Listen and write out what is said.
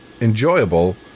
enjoyable